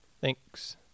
Thanks